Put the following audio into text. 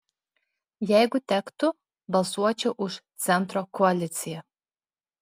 jeigu tektų balsuočiau už centro koaliciją